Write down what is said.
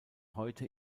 heute